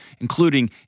including